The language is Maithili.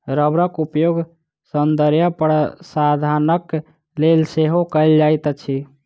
रबड़क उपयोग सौंदर्य प्रशाधनक लेल सेहो कयल जाइत अछि